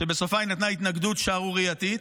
שבסופה היא נתנה התנגדות שערורייתית,